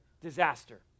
disaster